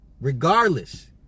regardless